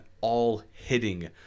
all-hitting